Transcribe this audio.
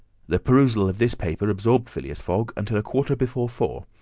the perusal of this paper absorbed phileas fogg until a quarter before four,